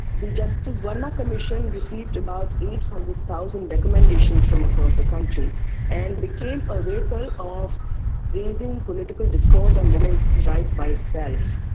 the justice verma commission received about eight hundred thousand recommendations from across the country and became a vehicle of raising political discourse on women's rights by itself.